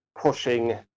pushing